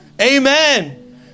Amen